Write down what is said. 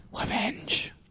Revenge